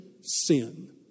sin